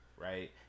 Right